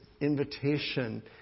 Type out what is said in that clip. invitation